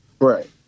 Right